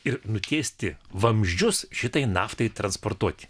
ir nutiesti vamzdžius šitai naftai transportuoti